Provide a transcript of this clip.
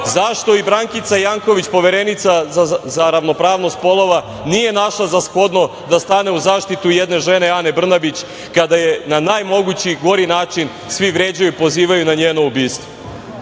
dobio? Zašto Brankica Janković, Poverenica za ravnopravnost polova, nije našla za shodno da stane u zaštitu jedne žene, Ane Brnabić, kada je na najgori mogući način svi vređaju i pozivaju na njeno